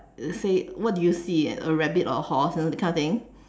say what do you see a rabbit or a horse you know that kind of thing